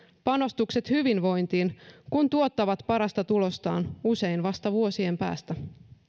panostukset hyvinvointiin kun tuottavat parasta tulostaan usein vasta vuosien päästä